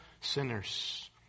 sinners